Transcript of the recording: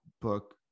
book